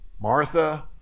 Martha